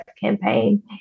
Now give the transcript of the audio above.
campaign